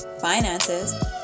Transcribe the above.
finances